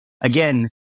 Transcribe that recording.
Again